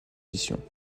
position